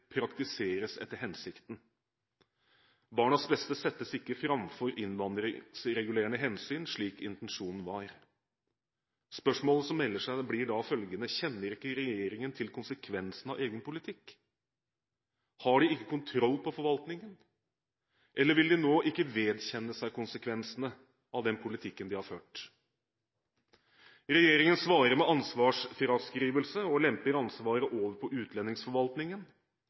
praktiseres etter hensikten. Barnas beste settes ikke framfor innvandringsregulerende hensyn, slik intensjonen var. Spørsmålet som melder seg, blir da følgende: Kjenner ikke regjeringen til konsekvensene av egen politikk, har de ikke kontroll på forvaltningen, eller vil de nå ikke vedkjenne seg konsekvensene av den politikken de har ført? Regjeringen svarer med ansvarsfraskrivelse og lemper ansvaret over på utlendingsforvaltningen.